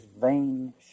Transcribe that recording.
vain